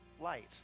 light